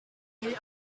nih